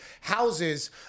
houses